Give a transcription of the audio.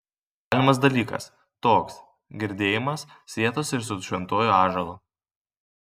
galimas dalykas toks girdėjimas sietas ir su šventuoju ąžuolu